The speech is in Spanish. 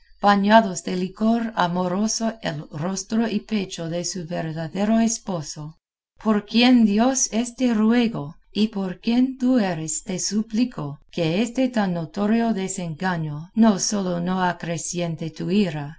bañados de licor amoroso el rostro y pecho de su verdadero esposo por quien dios es te ruego y por quien tú eres te suplico que este tan notorio desengaño no sólo no acreciente